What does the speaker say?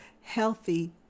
healthy